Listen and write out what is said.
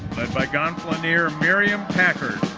led by gonfaloniere miriam packard.